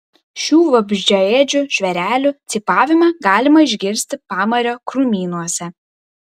šių vabzdžiaėdžių žvėrelių cypavimą galima išgirsti pamario krūmynuose